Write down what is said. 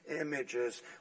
images